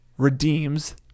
redeems